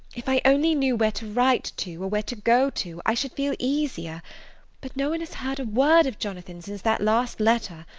if i only knew where to write to or where to go to, i should feel easier but no one has heard a word of jonathan since that last letter.